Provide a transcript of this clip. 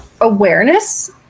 awareness